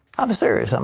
um serious. um